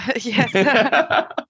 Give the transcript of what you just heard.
Yes